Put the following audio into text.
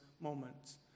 moments